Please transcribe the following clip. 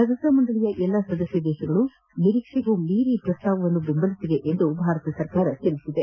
ಭದ್ರತಾ ಮಂಡಳಿಯ ಎಲ್ಲ ಸದಸ್ಯ ರಾಷ್ಟಗಳು ನಿರೀಕ್ಷೆಗೂ ಮೀರಿ ಪ್ರಸ್ತಾವವನ್ನು ಬೆಂಬಲಿಸಿವೆ ಎಂದು ಭಾರತ ಹೇಳಿದೆ